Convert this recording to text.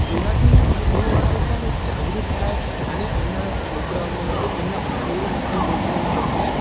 જેનાથી એ સામેવાળાઓ પણ જાગૃત થાય અને એમના છોકરાઓને કે એમના ફેમેલીમાંથી કોઈકને કોઈકને